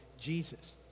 Jesus